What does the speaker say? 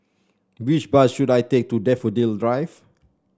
which bus should I take to Daffodil Drive